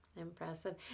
impressive